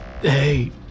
Hey